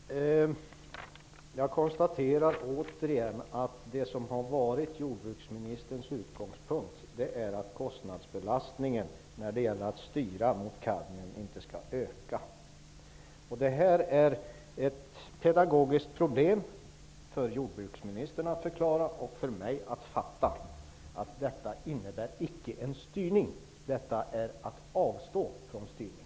Herr talman! Jag konstaterar återigen att jordbruksministerns utgångspunkt har varit att kostnadsbelastningen inte skall öka när kadmiumhalterna skall styras mot en lägre nivå. Det är ett pedagagogiskt problem för jordbruksministern att förklara, och för mig att fatta, att detta innebär en styrning. Detta är att avstå från styrning.